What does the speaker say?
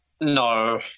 no